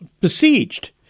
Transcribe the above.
besieged